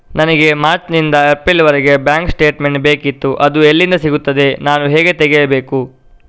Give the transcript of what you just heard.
ನನಗೆ ಮಾರ್ಚ್ ನಿಂದ ಏಪ್ರಿಲ್ ವರೆಗೆ ಬ್ಯಾಂಕ್ ಸ್ಟೇಟ್ಮೆಂಟ್ ಬೇಕಿತ್ತು ಅದು ಎಲ್ಲಿಂದ ಸಿಗುತ್ತದೆ ನಾನು ಹೇಗೆ ತೆಗೆಯಬೇಕು?